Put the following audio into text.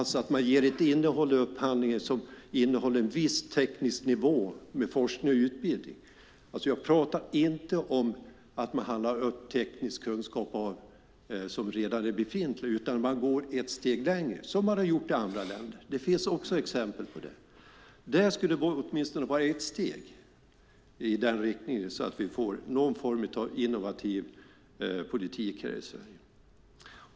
Upphandlingen innehåller då alltså en viss teknisk nivå med forskning och utbildning. Jag pratar inte om att man handlar upp redan befintlig teknisk kunskap, utan man går ett steg längre, som man har gjort i andra länder. Det finns exempel på det. Det skulle åtminstone vara ett steg i den riktningen, så att vi får någon form av innovativ politik här i Sverige.